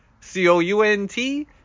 C-O-U-N-T